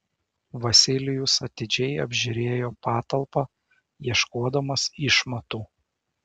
vasilijus atidžiai apžiūrėjo patalpą ieškodamas išmatų